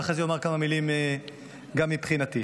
ואחרי זה אומר כמה מילים גם מבחינתי.